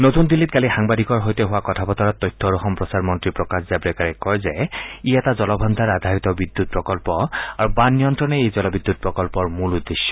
নতুন দিল্লীত কালি সাংবাদিকৰ সৈতে হোৱা কথা বতৰাত তথ্য আৰু সম্প্ৰচাৰ মন্ত্ৰী প্ৰকাশ জাম্ৰেকাৰে কয় যে ই জলভাণ্ডাৰ আধাৰিত বিদ্যুৎ প্ৰকল্প আৰু বান নিয়ন্ত্ৰণেই এই জলবিদ্যুৎ প্ৰকল্পৰ মূল উদ্দেশ্য